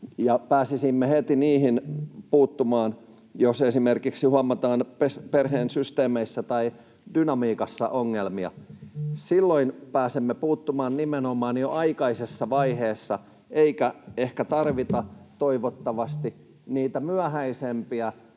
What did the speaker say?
Pääsisimme heti puuttumaan, jos esimerkiksi huomataan perheen systeemeissä tai dynamiikassa ongelmia. Silloin pääsemme puuttumaan nimenomaan jo aikaisessa vaiheessa, eikä ehkä tarvita, toivottavasti, niitä myöhäisempiä